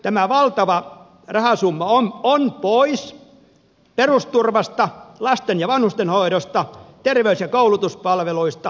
tämä valtava rahasumma on pois perusturvasta lasten ja vanhustenhoidosta terveys ja koulutuspalveluista tienpidosta turvallisuudesta